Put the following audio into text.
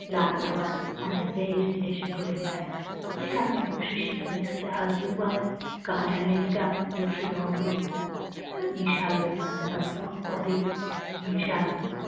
plus আবার মানে দেশ বিদেশে ঘুরে বেড়ায় যেখানে খুশি সেখানে যাচ্ছে আজ দুবাই কাল আমেরিকা পরশু লন্ডন বিশাল ব্যাপার যারা ব্লগ করে বিশাল ব্যাপার